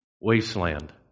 wasteland